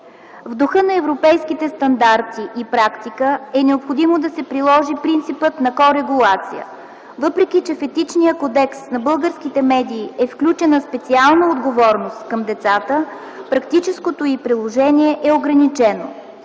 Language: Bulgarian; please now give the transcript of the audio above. В духа на европейските стандарти и практика е необходимо да се приложи принципът на корегулация. Въпреки, че в етичния кодекс на българските медии е включена „специална отговорност” към децата, практическото й приложение е ограничено.